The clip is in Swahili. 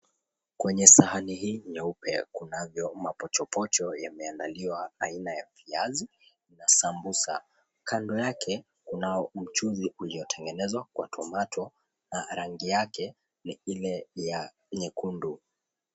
Kwenye sahani hii nyeupe kunavyo mapochopocho yameandaliwa aina ya viazi na sambusa. Kando yake kunao mchuzi uliotengenezwa kwa tomato , na rangi yake ni ile ya nyekundu.